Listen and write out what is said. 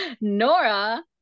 Nora